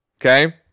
Okay